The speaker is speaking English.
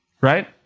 right